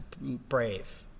brave